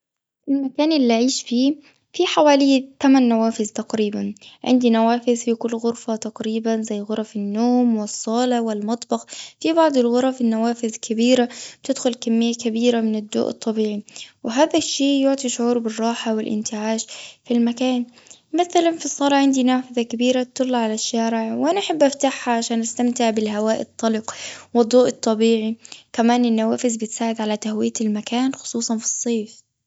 المكان اللي أعيش فيه، فيه حوالي تمن نوافذ تقريباً. عندي نوافذ في كل غرفة تقريباً، زي غرف النوم، والصالة، والمطبخ. في بعض الغرف، النوافذ كبيرة، تدخل كمية كبيرة من الضوء الطبيعي، وهذا الشي يعطي شعور بالراحة والإنتعاش في المكان. مثلاً في الصالة، عندنا نافذة كبيرة تطل على الشارع، وأنا أحب أفتحها عشان، أستمتع بالهواء الطلق، والضوء الطبيعي. كمان النوافذ بتساعد على تهوية المكان، خصوصاً في الصيف.